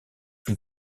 plus